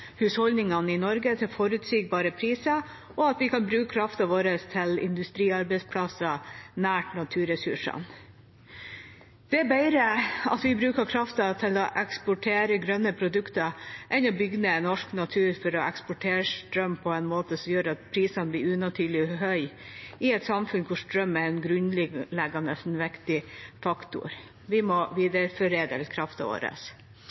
husholdningene i Norge til forutsigbare priser, og at vi kan bruke kraften vår til industriarbeidsplasser nær naturressursene. Det er bedre at vi bruker kraften til å eksportere grønne produkter enn til å bygge ned norsk natur for å eksportere strøm på en måte som gjør at prisene blir unaturlig høye, i et samfunn hvor strøm er en grunnleggende viktig faktor. Vi må